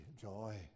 joy